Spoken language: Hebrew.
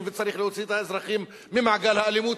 ושצריך להוציא את האזרחים ממעגל האלימות.